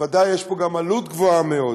ודאי יש פה גם עלות גבוהה מאוד.